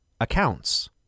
accounts